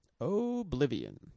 Oblivion